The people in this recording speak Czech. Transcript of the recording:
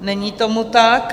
Není tomu tak.